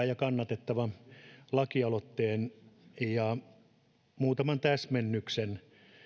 ja kannatettavan lakialoitteen ja muutaman täsmennyksen